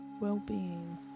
well-being